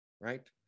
Right